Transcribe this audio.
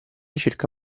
circa